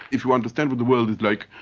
if you understand what the world is like,